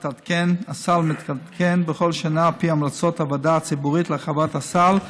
הסל מתעדכן בכל שנה על פי המלצות הוועדה הציבורית להרחבת הסל,